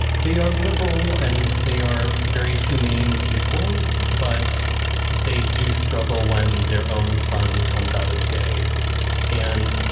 they are liberal and they are very humane people, but they do struggle when their own son comes out as gay and.